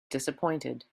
disappointed